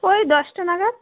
ওই দশটা নাগাদ